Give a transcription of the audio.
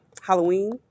Halloween